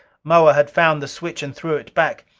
moa had found the switch and threw it back.